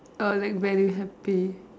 I would like very happy